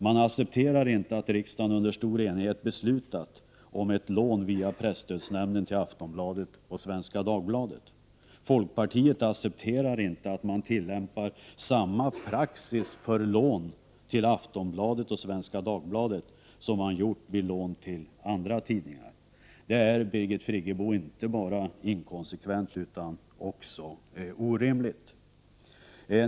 Man accepterar inte att riksdagen under stor enighet beslutat om ett lån via presstödsnämnden till Aftonbladet och Svenska Dagbladet. Folkpartiet accepterar inte att man tillämpar samma praxis vid lån till Aftonbladet och Svenska Dagbladet som man gjort vid lån till andra tidningar. Det är, Birgit Friggebo, inte bara inkonsekvent utan också orimligt.